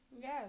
Yes